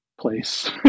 place